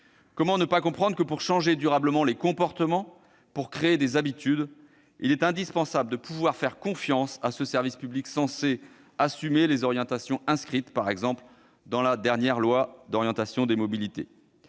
Comment ne pas comprendre que, pour changer durablement les comportements, pour créer des habitudes, il est indispensable de pouvoir faire confiance à ce service public censé assumer les orientations inscrites par exemple dans la dernière loi d'orientation des mobilités